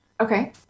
Okay